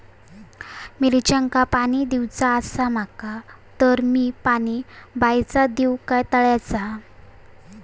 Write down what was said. मिरचांका पाणी दिवचा आसा माका तर मी पाणी बायचा दिव काय तळ्याचा?